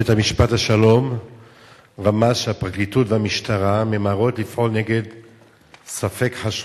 בית-משפט השלום רמז שהפרקליטות והמשטרה ממהרות לפעול נגד ספק-חשודים,